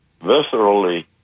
viscerally